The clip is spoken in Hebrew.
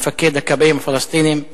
מפקד הכבאים הפלסטינים,